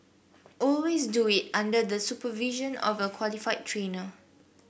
always do it under the supervision of a qualified trainer